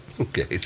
Okay